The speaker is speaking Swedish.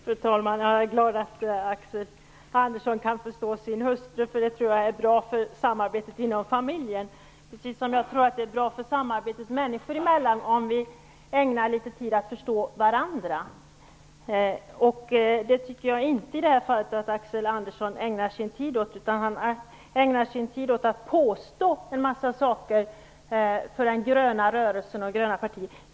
Fru talman! Jag är glad att Axel Andersson kan förstå sin hustru. Det tror jag är bra för samarbetet inom familjen. På samma sätt tror jag att det är bra för samarbetet människor emellan om vi ägnar litet tid åt att förstå varandra. Det tycker jag inte att Axel Andersson gör i det här fallet. Han ägnar i stället sin tid åt att påstå en mängd saker om den gröna rörelsen och det gröna partiet.